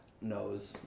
knows